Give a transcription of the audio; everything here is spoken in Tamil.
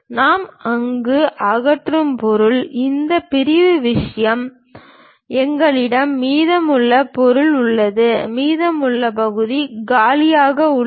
நாம் எங்கு அகற்றும் பொருள் இந்த பிரிவு விஷயம் எங்களிடம் மீதமுள்ள பொருள் உள்ளது மீதமுள்ள பகுதி காலியாக உள்ளது